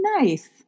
Nice